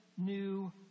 new